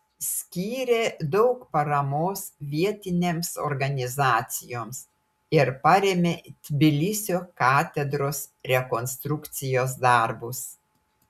skyrė daug paramos vietinėms organizacijoms ir parėmė tbilisio katedros rekonstrukcijos darbus